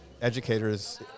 educators